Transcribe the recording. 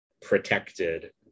protected